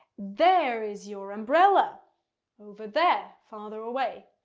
there is your umbrella over there, farther away.